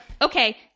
okay